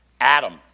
Adam